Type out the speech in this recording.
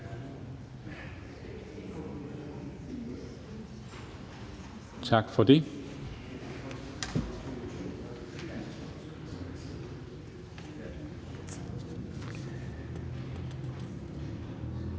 Tak for det. Nu er det